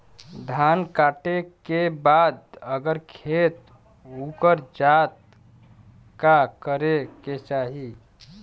धान कांटेके बाद अगर खेत उकर जात का करे के चाही?